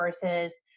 versus